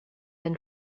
been